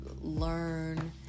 learn